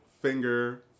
finger